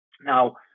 Now